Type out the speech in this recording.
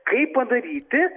kaip padaryti